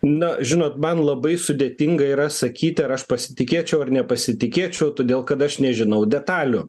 na žinot man labai sudėtinga yra sakyti ar aš pasitikėčiau ar nepasitikėčiau todėl kad aš nežinau detalių